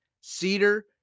Cedar